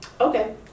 Okay